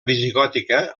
visigòtica